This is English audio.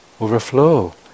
overflow